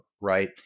right